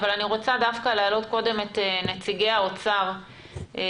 אבל אני רוצה דווקא להעלות קודם את נציגי משרד האוצר כדי